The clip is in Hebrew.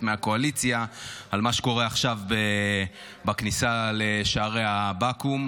מהקואליציה על מה שקורה עכשיו בכניסה לשערי הבקו"ם.